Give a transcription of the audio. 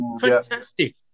Fantastic